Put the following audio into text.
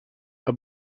out